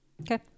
Okay